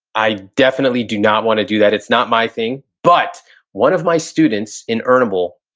i definitely do not wanna do that, it's not my thing. but one of my students in earnable,